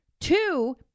two